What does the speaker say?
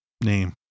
name